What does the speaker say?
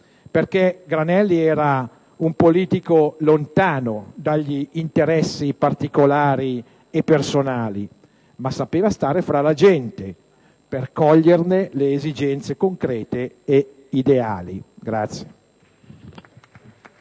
perché Granelli era un politico lontano dagli interessi particolari e personali, ma sapeva stare tra la gente per coglierne le esigenze concrete e ideali.